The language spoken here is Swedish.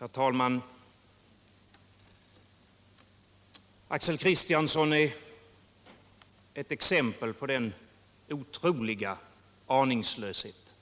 Herr talman! Axel Kristiansson är ett exempel på den otroliga aningslöshet